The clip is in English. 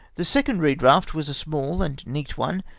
the second reed raft was a small and neat one,